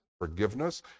forgiveness